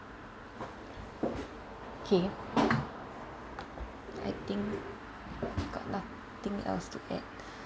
K I think got nothing else to add